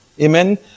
amen